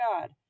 God